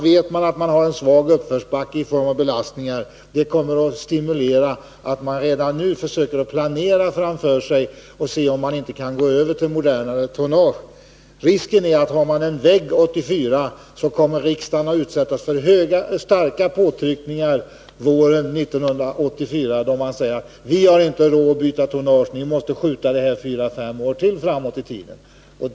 Vet man att man har en svag uppförsbacke i form av belastningar, kommer det att stimulera till försök att redan nu planera och undersöka om man inte kan gå över till modernare tonnage. Risken med att sätta upp en ”vägg” 1984 är att riksdagen våren 1984 kommer att utsättas för starka påtryckningar, då redarna säger: Vi har inte råd att byta tonnage. Ni får skjuta det här beslutet fyra-fem år framåt i tiden.